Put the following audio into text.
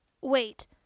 Wait